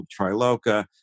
triloka